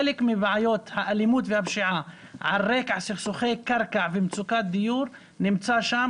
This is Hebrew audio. חלק מבעיות הפשיעה והאלימות על רקע סכסוכי קרקע ומצוקת דיור נמצא שם.